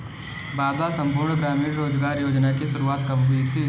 बाबा संपूर्ण ग्रामीण रोजगार योजना की शुरुआत कब हुई थी?